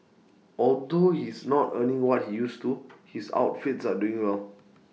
although he's not earning what he used to his outfits are doing well